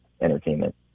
entertainment